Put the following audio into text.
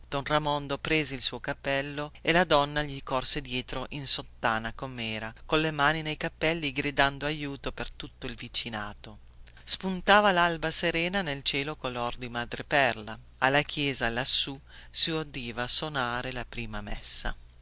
don ramondo prese il suo cappello e la donna gli corse dietro in sottana comera colle mani nei capelli gridando aiuto per tutto il vicinato spuntava lalba serena nel cielo color di madreperla alla chiesa lassù si udiva sonare la prima messa